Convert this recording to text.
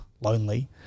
lonely